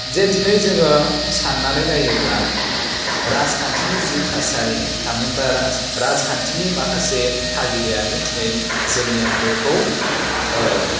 जे दिनै जोंङो सान्नानै नायोब्ला राजखान्थिनि जि थासारि थामहिनबा राजखान्थिनि माखासे थागिदायानो दिनै जोंनि हादरखौ